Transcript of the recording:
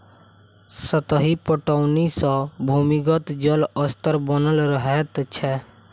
सतही पटौनी सॅ भूमिगत जल स्तर बनल रहैत छै